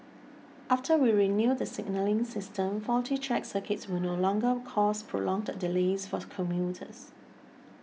after we renew the signalling system faulty track circuits will no longer cause prolonged delays force commuters